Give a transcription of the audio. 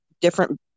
different